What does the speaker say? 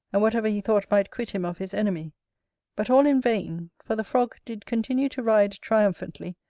and whatever he thought might quit him of his enemy but all in vain, for the frog did continue to ride triumphantly,